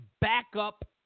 backup